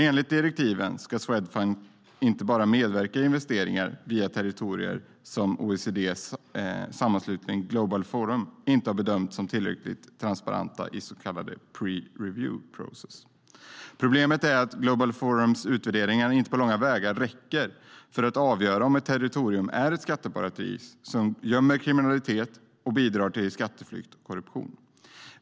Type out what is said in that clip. Enligt direktiven ska Swedfund inte medverka i investeringar via territorier som OECD:s sammanslutning Global Forum inte har bedömt som tillräckligt transparenta i sin så kallade peer review process. Problemet är att Global Forums utvärdering inte på långa vägar räcker för att avgöra om ett territorium är ett skatteparadis som gömmer kriminalitet och bidrar till skatteflykt och korruption.